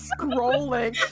Scrolling